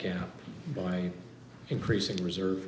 gap by increasing reserve